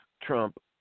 Trump